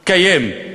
קיים.